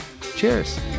Cheers